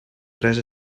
tres